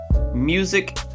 music